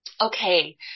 okay